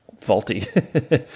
faulty